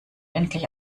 endlich